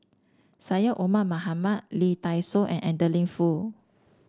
Syed Omar Mohamed Lee Dai Soh and Adeline Foo